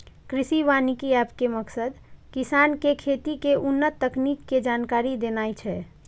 कृषि वानिकी एप के मकसद किसान कें खेती के उन्नत तकनीक के जानकारी देनाय छै